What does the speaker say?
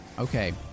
Okay